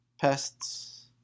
pests